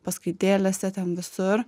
paskaitėlėse ten visur